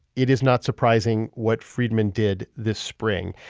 it is not surprising what freidman did this spring.